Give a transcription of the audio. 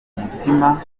mutima